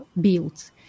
built